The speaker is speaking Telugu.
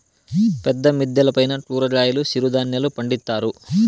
పెద్ద మిద్దెల పైన కూరగాయలు సిరుధాన్యాలు పండిత్తారు